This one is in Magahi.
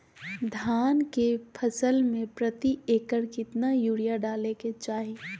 धान के फसल में प्रति एकड़ कितना यूरिया डाले के चाहि?